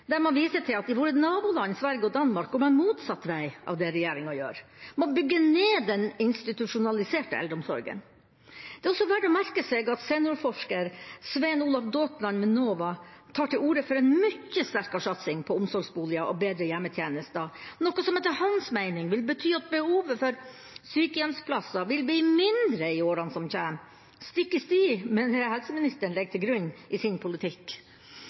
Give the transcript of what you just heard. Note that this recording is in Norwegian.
viser til at i våre naboland Sverige og Danmark går man motsatt vei av det regjeringa gjør. Man bygger ned den institusjonaliserte eldreomsorgen. Det er også verdt å merke seg at seniorforsker Svein Olav Daatland ved NOVA tar til orde for en mye sterkere satsing på omsorgsboliger og bedre hjemmetjenester, noe som etter hans meining vil bety at behovet for sykehjemsplasser vil bli mindre i årene som kommer, stikk i strid med det helseministeren legger til grunn i sin politikk.